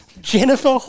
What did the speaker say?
Jennifer